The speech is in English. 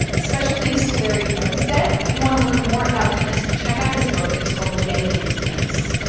special thanks to larry olmsted if you want to learn more about guinness, check out his book. it is called getting into guinness.